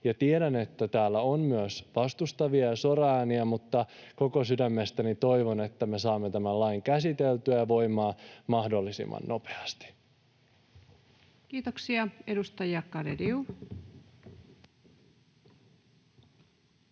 Tiedän, että täällä on myös vastustavia ja soraääniä, mutta koko sydämestäni toivon, että me saamme tämän lain käsiteltyä ja voimaan mahdollisimman nopeasti. [Speech 179] Speaker: